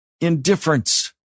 Indifference